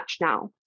now